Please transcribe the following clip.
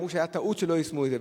אמרו שהיתה טעות שלא יישמו את זה,